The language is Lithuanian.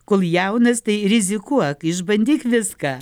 kol jaunas tai rizikuok išbandyk viską